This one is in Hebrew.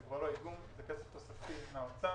כבר לא איגום אלא כסף תוספתי מהאוצר.